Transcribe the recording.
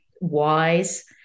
wise